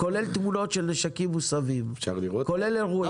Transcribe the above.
כולל תמונות של נשקים מוסבים, כולל אירועים.